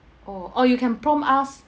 orh or you can prompt us